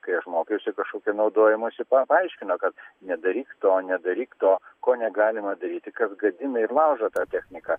kai aš mokiausi kažkokį naudojimąsi pa paaiškino kad nedaryk to nedaryk to ko negalima daryti kas gadina ir laužo tą techniką